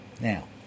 Now